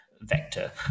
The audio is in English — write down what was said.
vector